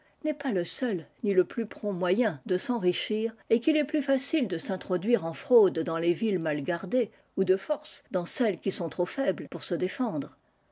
n'est pas le seul ni le plus prompt moyen de s'enrichir et qu'il est plus facile de s'introduire en fraude dans les villes mal gardées ou de force dans celles qui sont trop faibles p ut se défendre